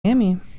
Miami